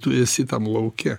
tu esi tam lauke